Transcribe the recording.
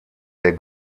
der